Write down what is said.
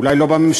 אולי לא בממשלה,